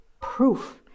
proof